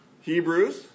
Hebrews